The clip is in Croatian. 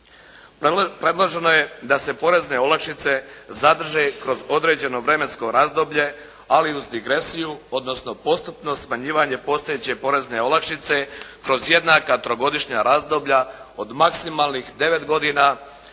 Predloženo je da se porezne olakšice zadrže kroz određeno vremensko razdoblje, ali uz digresiju odnosno postupno smanjivanje postojeće porezne olakšice kroz jednaka trogodišnja razdoblja od maksimalnih 9 godina